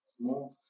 move